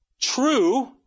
true